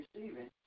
receiving